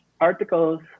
articles